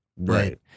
right